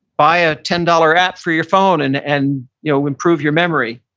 buy a ten dollars app for your phone and and you know improve your memory.